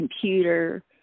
computer